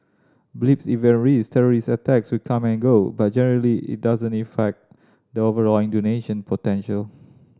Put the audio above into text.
blips event risks terrorist attacks will come and go but generally it doesn't effect the overall Indonesian potential